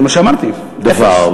זה מה שאמרתי: אפס.